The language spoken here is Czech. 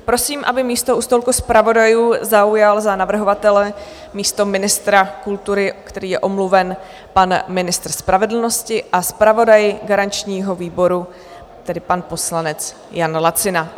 Prosím, aby místo u stolku zpravodajů zaujal za navrhovatele místo ministra kultury, který je omluven, pan ministr spravedlnosti a zpravodaj garančního výboru, tedy pan poslanec Jan Lacina.